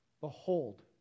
behold